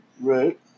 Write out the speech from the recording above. right